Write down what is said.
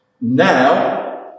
now